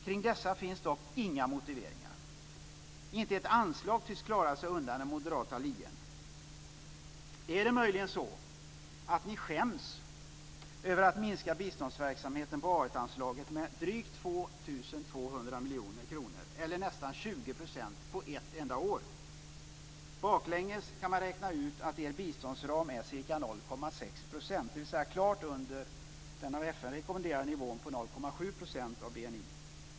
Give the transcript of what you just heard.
Kring detta finns dock inga motiveringar. Inte ett anslag tycks klara sig undan den moderata lien. Är det möjligen så att ni skäms över att minska biståndsverksamheten på A1 anslaget med drygt 2 200 miljoner kronor, eller nästan 20 %, på ett enda år? Baklänges kan man räkna ut att er biståndsram är ca 0,6 %, dvs. klart under den av FN rekommenderade nivån på 0,7 % av BNI.